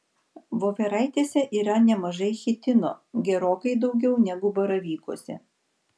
voveraitėse yra nemažai chitino gerokai daugiau negu baravykuose